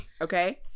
Okay